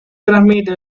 transmite